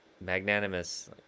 magnanimous